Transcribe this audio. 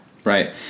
Right